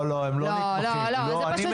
לא, לא, זה פשוט